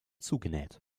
zugenäht